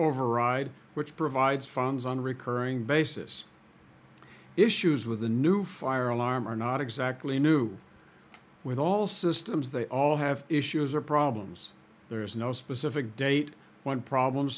override which provides funds on a recurring basis issues with the new fire alarm are not exactly new with all systems they all have issues or problems there is no specific date when problems